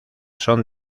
son